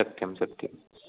सत्यं सत्यम्